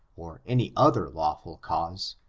or any other lawful cause,